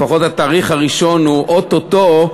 לפחות התאריך הראשון הוא או-טו-טו,